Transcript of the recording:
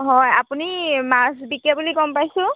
হয় আপুনি মাছ বিকে বুলি গম পাইছোঁ